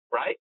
right